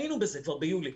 היינו בזה כבר ביולי.